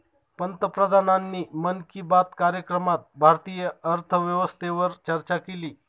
पंतप्रधानांनी मन की बात कार्यक्रमात भारतीय अर्थव्यवस्थेवर चर्चा केली